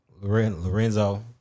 Lorenzo